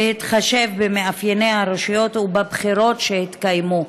בהתחשב במאפייני הרשויות ובבחירות שהתקיימו?